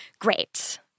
Great